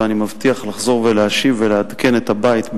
ואני מבטיח לחזור ולהשיב ולעדכן את הבית,